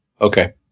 Okay